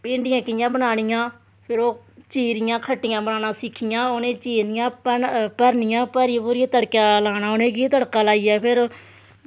भिंडियां कि'यां बनानियां फिर ओह् फिर चीरियां खट्टियां बनाना सिक्खियां उनें चीरनियां फिर ओह् भरनियां ते भरियै तड़का लाना उनेंगी ते फिर